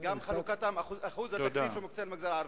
גם חלוקת שיעור התקציב שמוקצה למגזר הערבי.